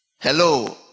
Hello